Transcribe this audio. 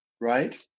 right